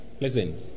listen